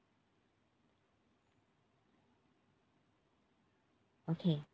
okay